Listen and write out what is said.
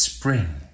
Spring